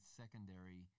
secondary